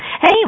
Hey